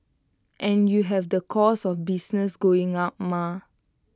and you have the costs of business going up mah